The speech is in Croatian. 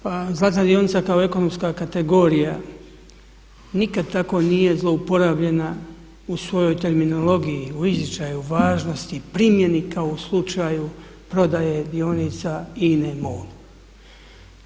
Pa zlatna dionica kao ekonomska kategorija nikad tako nije zlouporabljena u svojoj terminologiji u izričaju, važnosti i primjeni kao u slučaju prodaje dionica INA-e MOL-u.